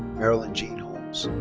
marilyn jean